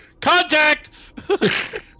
contact